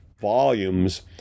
volumes